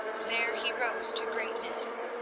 there he rose to greatness.